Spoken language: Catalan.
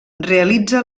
realitza